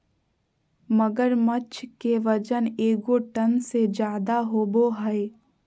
मगरमच्छ के वजन एगो टन से ज्यादा होबो हइ